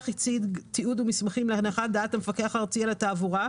הציג תיעוד ומסמכים להנחת דעת המפקח הארצי על התעבורה,